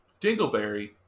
dingleberry